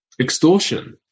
Extortion